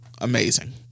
Amazing